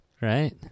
right